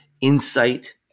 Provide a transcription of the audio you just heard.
insight